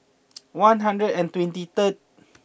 one hundred and twenty third